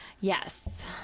Yes